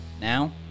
Now